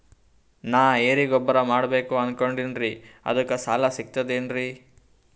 ನಾ ಎರಿಗೊಬ್ಬರ ಮಾಡಬೇಕು ಅನಕೊಂಡಿನ್ರಿ ಅದಕ ಸಾಲಾ ಸಿಗ್ತದೇನ್ರಿ?